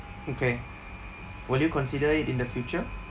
okay will you consider it in the future